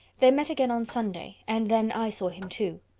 they met again on sunday, and then i saw him too.